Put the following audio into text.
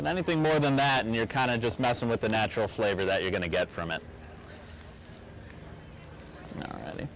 and anything more than that and you're kind of just messing with the natural flavor that you're going to get from it